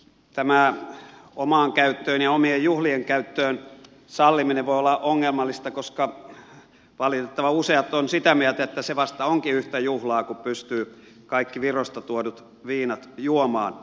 tämä omaan käyttöön ja omien juhlien käyttöön salliminen voi olla ongelmallista koska valitettavan useat on sitä mieltä että se vasta onkin yhtä juhlaa kun pystyy kaikki virosta tuodut viinat juomaan